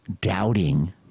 doubting